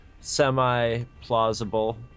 Semi-plausible